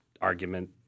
argument